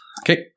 Okay